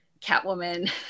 Catwoman